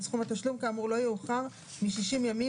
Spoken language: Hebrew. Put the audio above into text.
סכום התשלום כאמור לא יאוחר מ־60 ימים